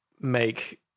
make